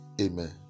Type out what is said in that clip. Amen